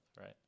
right